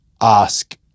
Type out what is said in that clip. ask